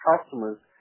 customers